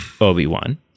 Obi-Wan